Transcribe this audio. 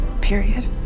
period